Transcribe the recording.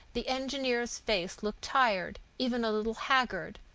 the engineer's face looked tired, even a little haggard.